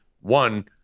One